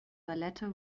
ballette